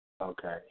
Okay